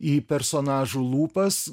į personažų lūpas